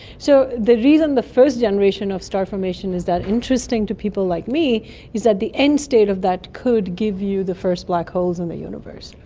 so the reason the first generation of star formation is interesting to people like me is that the end state of that could give you the first black holes in the universe.